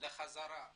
לחזרתם